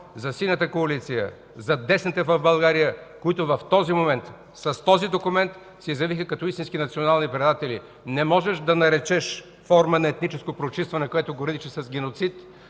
на Синята коалиция, за десните в България, които в този момент с този документ се изявиха като истински национални предатели. Не можеш да наречеш форма на етническо прочистване, което граничи с геноцид,